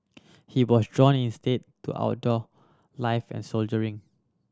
he was drawn instead to outdoor life and soldiering